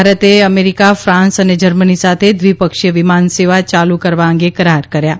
ભારતે America France અને Germany સાથે દ્વિપક્ષીય વિમાનસેવા ચાલુ કરવા અંગે કરાર કર્યા છે